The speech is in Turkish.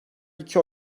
iki